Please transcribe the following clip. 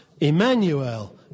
Emmanuel